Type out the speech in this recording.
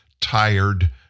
tired